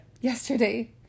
Yesterday